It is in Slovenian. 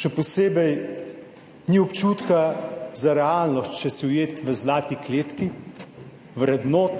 Še posebej ni občutka za realnost, če si ujet v zlati kletki vrednot,